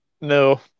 No